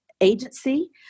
agency